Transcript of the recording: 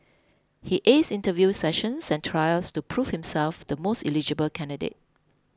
he aced interview sessions and trials to prove himself the most eligible candidate